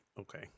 okay